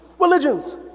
Religions